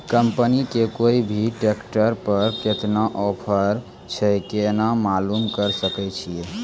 Company के कोय भी ट्रेक्टर पर केतना ऑफर छै केना मालूम करऽ सके छियै?